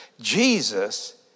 Jesus